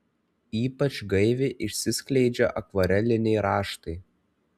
ypač gaiviai išsiskleidžia akvareliniai raštai